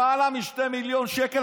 למעלה מ-2 מיליון שקל.